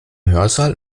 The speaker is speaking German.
hörsaal